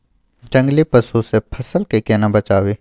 जंगली पसु से फसल के केना बचावी?